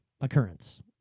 occurrence